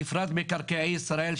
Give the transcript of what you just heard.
בפרט מקרקעי ישראל,